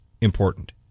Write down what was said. important